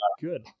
good